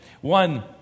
One